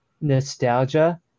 nostalgia